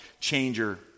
changer